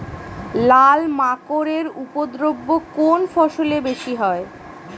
লাল মাকড় এর উপদ্রব কোন ফসলে বেশি হয়?